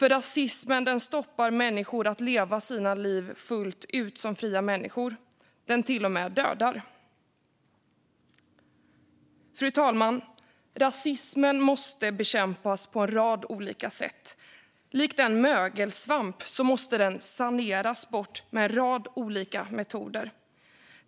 Rasismen stoppar människor från att leva sina liv fullt ut som fria människor; den till och med dödar. Fru talman! Rasismen måste bekämpas på en rad olika sätt. Liksom en mögelsvamp måste den saneras bort med en rad olika metoder.